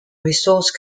resource